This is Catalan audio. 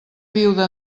viuda